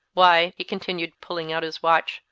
why, he continued, pulling out his watch,